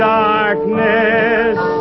darkness